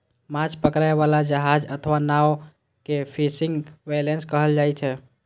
माछ पकड़ै बला जहाज अथवा नाव कें फिशिंग वैसेल्स कहल जाइ छै